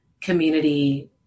community